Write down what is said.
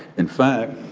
in fact,